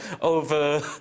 over